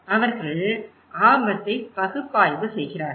அவர்கள் ஆபத்தை பகுப்பாய்வு செய்கிறார்கள்